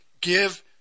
give